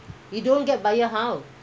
வேறபேச்சமாத்துடா:vaera peecha maathuda